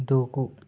దూకు